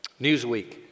Newsweek